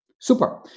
Super